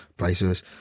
prices